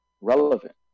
relevant